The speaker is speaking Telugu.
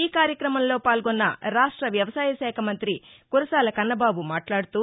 ఈ కార్యక్రమంలో పాల్గొన్న రాష్ట వ్యవసాయ శాఖ మంత్రి కురసాల కన్నబాబు మాట్లాడుతూ